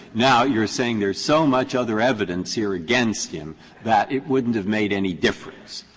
now, you're saying there's so much other evidence here against him that it wouldn't have made any difference.